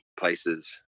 places